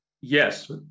yes